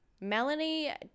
Melanie